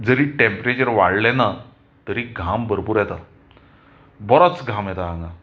जरी टॅम्परेचर वाडलें ना तरी घाम भरपूर येता बरोच घाम येता हांगां